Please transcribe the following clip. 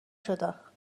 شدم